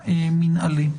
המינהלי.